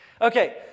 Okay